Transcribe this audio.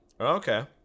Okay